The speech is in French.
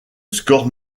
score